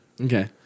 Okay